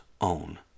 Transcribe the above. own